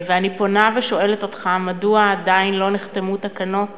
אני פונה ושואלת אותך, מדוע עדיין לא נחתמו תקנות